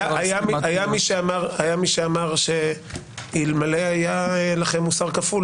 היה מי שאמר שאלמלא היה לכם מוסר כפול,